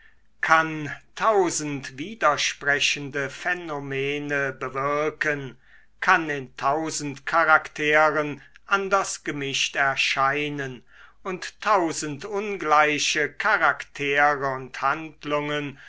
kann tausend widersprechende phänomene bewirken kann in tausend charakteren anders gemischt erscheinen und tausend ungleiche charaktere und handlungen